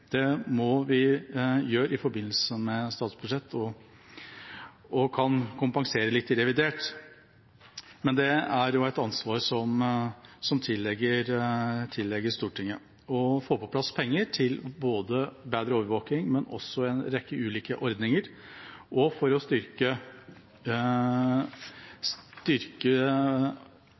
Det må vi gjøre i forbindelse med statsbudsjett, og vi kan kompensere litt i revidert. Men det er et ansvar som tilligger Stortinget å få på plass penger både til bedre overvåking og til en rekke ulike ordninger, og å styrke